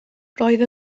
roedd